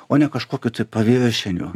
o ne kažkokių tai paviršinių